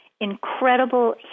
incredible